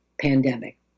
pandemic